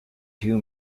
two